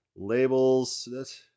Labels